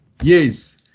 Yes